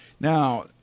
Now